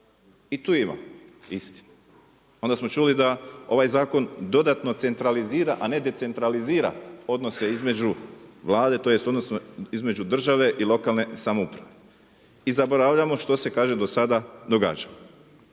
I tu ima istine. Onda smo čuli da ovaj zakon dodatno centralizira a ne decentralizira odnose između Vlade, tj. odnose između države i lokalne samouprave. I zaboravljamo što se kaže do sada događalo.